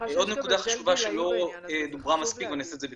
עוד נקודה חשובה שלא דוברה מספיק ואעשה את זה בקצרה,